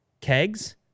kegs